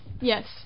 Yes